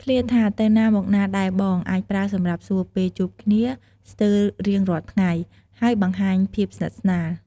ឃ្លាថា "ទៅណាមកណាដែរបង?" អាចប្រើសម្រាប់សួរពេលជួបគ្នាស្ទើររៀងរាល់ថ្ងៃ ហើយបង្ហាញភាពស្និទ្ធស្នាល។។